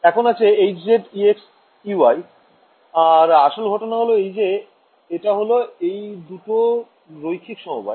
এখন আছে Hz Ex Ey আর আসল ঘটনা হল এই যে এটা হল এই দুটোর রৈখিক সমবায়